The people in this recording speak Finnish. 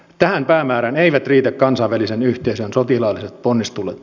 tähän päämäärään eivät riitä kansainvälisen yhteisön sotilaalliset ponnistelut